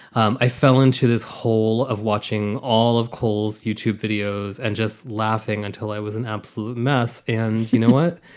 um i fell into this hole of watching all of cole's youtube videos and just laughing until i was an absolute mess. and you know what?